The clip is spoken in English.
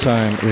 Time